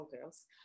girls